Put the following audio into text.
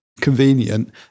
convenient